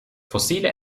fossile